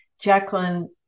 Jacqueline